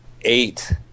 eight